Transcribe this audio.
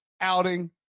outing